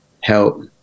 help